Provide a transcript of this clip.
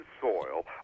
soil